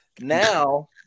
Now